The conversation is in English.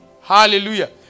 hallelujah